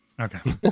Okay